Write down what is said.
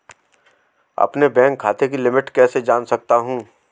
अपने बैंक खाते की लिमिट कैसे जान सकता हूं?